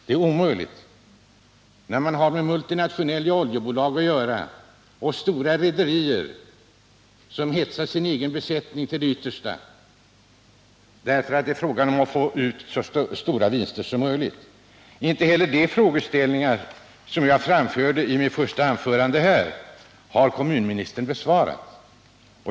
Det är omöjligt, för man har här att göra med multinationella oljebolag och stora rederier som hetsar sin besättning till det yttersta, eftersom det är fråga om att få ut så stora vinster som möjligt. Inte heller de frågor som jag ställde i mitt första anförande har kommunministern besvarat.